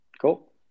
Cool